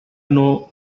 know